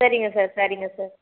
சரிங்க சார் சரிங்க சார்